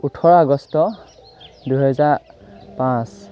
ওঠৰ আগষ্ট দুহেজাৰ পাঁচ